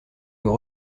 nous